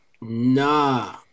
nah